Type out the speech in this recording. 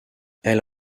elle